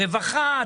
הרווחה,